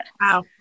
Wow